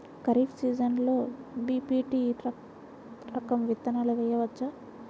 ఖరీఫ్ సీజన్లో బి.పీ.టీ రకం విత్తనాలు వేయవచ్చా?